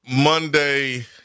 Monday